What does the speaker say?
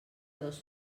dos